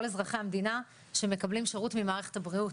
אזרחי המדינה שמקבלים שירות ממערכת הבריאות.